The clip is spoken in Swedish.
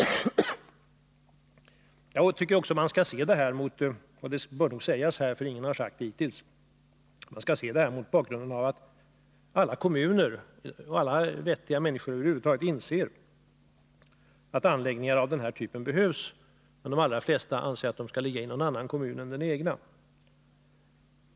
Det bör också sägas att förseningen skall ses mot den bakgrunden att alla kommuner och alla vettiga människor inser att anläggningar av denna typ behövs, men att de allra flesta anser att de skall ligga i någon annan kommun än den egna.